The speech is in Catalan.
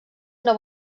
una